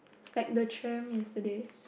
like the tram yesterday